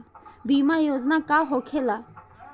बीमा योजना का होखे ला?